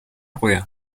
куя